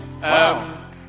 Wow